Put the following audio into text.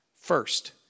first